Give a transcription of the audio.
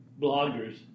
bloggers